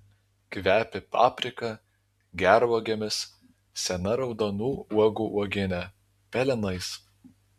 kvepia paprika gervuogėmis sena raudonų uogų uogiene pelenais